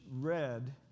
read